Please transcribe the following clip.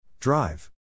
Drive